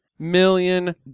million